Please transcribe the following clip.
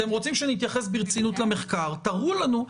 אתם רוצים שנתייחס ברצינות למחקר, תראו לנו.